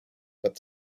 but